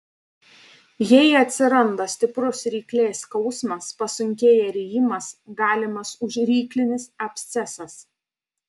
jei atsiranda stiprus ryklės skausmas pasunkėja rijimas galimas užryklinis abscesas